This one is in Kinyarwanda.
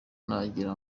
nagira